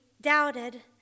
doubted